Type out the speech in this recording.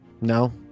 no